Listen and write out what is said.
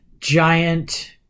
giant